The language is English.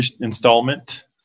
installment